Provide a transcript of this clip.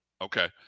Okay